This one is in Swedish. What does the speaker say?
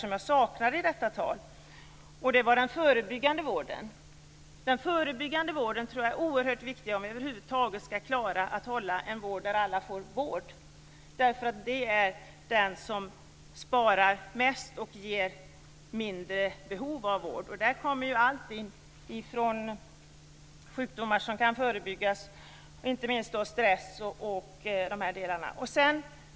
Det ena som saknades var den förebyggande vården. Jag tror att den förebyggande vården är oerhört viktig för att vi över huvud taget skall klara att tillhandahålla vård åt alla. Den förebyggande vården är det bästa sättet att spara och leder till mindre behov av vård. Sjukdomar kan förebyggas inte minst genom minskning av stress osv.